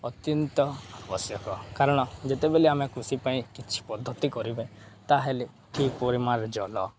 ଅତ୍ୟନ୍ତ ଆବଶ୍ୟକ କାରଣ ଯେତେବେଳେ ଆମେ କୃଷି ପାଇଁ କିଛି ପଦ୍ଧତି କରିବେ ତା'ହେଲେ ଠିକ୍ ପରିମାଣର ଜଳ